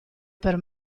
per